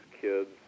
kids